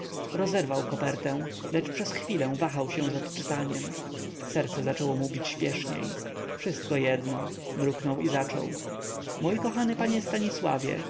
rozerwał kopertę lecz przez chwilę wahał się z odczytaniem serce zaczęło mu bić śpieszniej wszystko jedno mruknął i zaczął mój kochany panie stanisławie